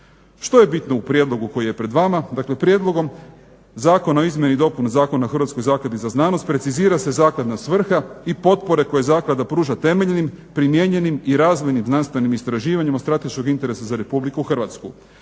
Što je bitno u prijedlogu koji je pred vama? Dakle, prijedlogom Zakona o izmjeni i dopuni Zakona o Hrvatskoj zakladi za znanost, precizira se zakladna svrha i potpore koje zaklada pruža temeljnim, primijenjenim i razvojnim znanstvenim istraživanjem od strateškog interesa za Republiku Hrvatsku.